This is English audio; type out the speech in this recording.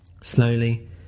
Slowly